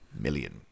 million